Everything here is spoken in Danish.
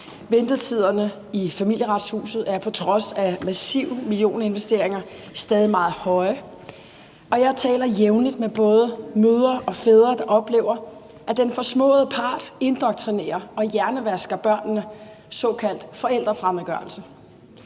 ventetiderne i Familieretshuset er på trods af massive millioninvesteringer stadig meget høje, og jeg taler jævnligt med både mødre og fædre, som oplever, at den forsmåede part indoktrinerer og hjernevasker børnene, altså såkaldt forældrefremmedgørelse.